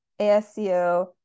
ASCO